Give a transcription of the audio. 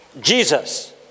Jesus